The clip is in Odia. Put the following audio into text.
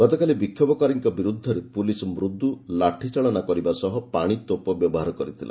ଗତକାଲି ବିକ୍ଷୋଭକାରୀଙ୍କ ବିରୁଦ୍ଧରେ ପୁଲସ୍ ମୃଦୁ ଲାଠିଚାଳନା କରିବା ସହ ପାଣିତୋପ ବ୍ୟବହାର କରିଥିଲା